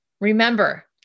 Remember